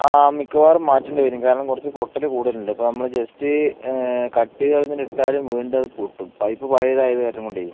ആ മിക്കവാറും മാറ്റേണ്ടി വരും കാരണം കുറച്ച് പൊട്ടൽ കൂടുതൽ ഉണ്ട് ആപ്പോൾ നമ്മൾ ജെസ്റ്റ് കട്ട് ചെയ്തു കളഞ്ഞിട്ടിട്ടാലും വീണ്ടും അതു പൊട്ടും പൈപ്പ് പഴയതായത് കാരണം കൊണ്ട്